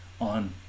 on